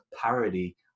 parody